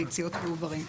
ביציות ועוברים.